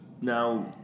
Now